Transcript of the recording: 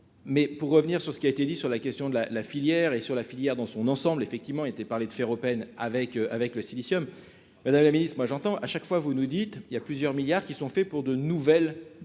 mais pour revenir sur ce qui a été dit sur la question de la la filière et sur la filière dans son ensemble effectivement était parler de faire Open avec avec le Silicium Madame la Ministre, moi j'entends à chaque fois vous nous dites, il y a plusieurs milliards qui sont faits pour de nouvelles